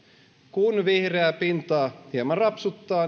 kun vihreää pintaa hieman rapsuttaa